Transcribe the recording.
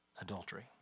adultery